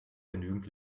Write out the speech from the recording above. genügend